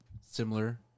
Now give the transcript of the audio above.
similar